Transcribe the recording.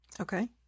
Okay